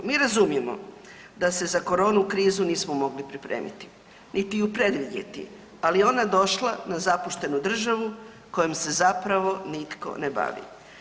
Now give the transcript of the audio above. Mi razumijemo da se za koronu krizu nismo mogli pripremiti niti ju predvidjeti, ali je ona došla na zapuštenu državu kojom se zapravo nitko ne bavi.